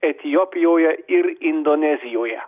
etiopijoje ir indonezijoje